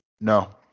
No